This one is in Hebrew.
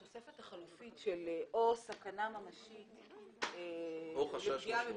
התוספת החלופית של או סכנה ממשית לפגיעה בביטחון,